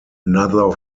another